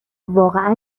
واقعا